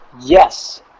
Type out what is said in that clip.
Yes